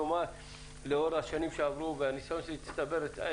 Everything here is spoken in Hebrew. לאור השנים שעברו והניסיון שהצטבר היה